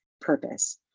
purpose